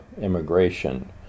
immigration